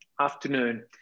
afternoon